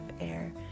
Air